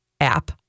app